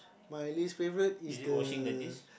my least favourite is the